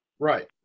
Right